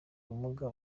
ubumuga